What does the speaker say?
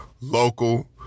local